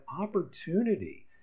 opportunity